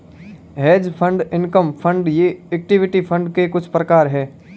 hedge fund income fund ये equity fund के कुछ प्रकार हैं